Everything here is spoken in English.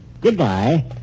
Goodbye